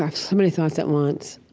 ah so many thoughts at once.